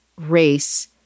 race